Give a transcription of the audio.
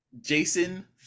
Jason